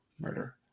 Murder